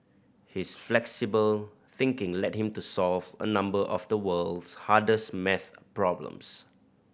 his flexible thinking led him to solve a number of the world's hardest maths problems